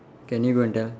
can you go and tell